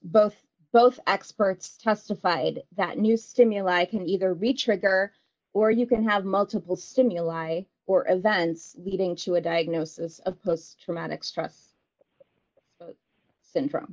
both both experts testified that new stimuli can either be trigger or you can have multiple stimuli or events leading to a diagnosis of post traumatic stress syndrome